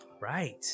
right